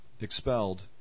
Expelled